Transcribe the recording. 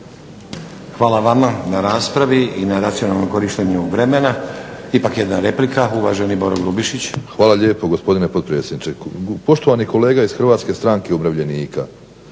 Hvala vama na raspravi i na racionalnom korištenju vremena. Ipak jedna replika, uvaženi Boro Grubišić. **Grubišić, Boro (HDSSB)** Hvala lijepo gospodine potpredsjedniče. Poštovani kolega iz Hrvatske stranke umirovljenika,